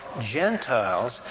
Gentiles